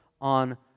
on